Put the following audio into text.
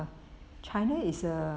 china is a